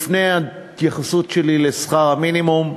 לפני ההתייחסות שלי לשכר המינימום,